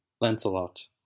Lancelot